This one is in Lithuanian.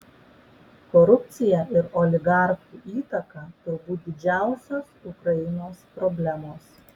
korupcija ir oligarchų įtaka turbūt didžiausios ukrainos problemos